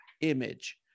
image